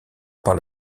par